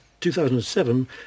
2007